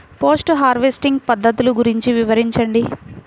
Post harvesting పద్ధతులు గురించి వివరించండి?